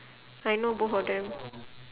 I know both of them